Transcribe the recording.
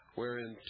wherein